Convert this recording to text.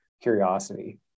curiosity